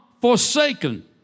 forsaken